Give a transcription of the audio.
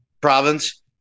province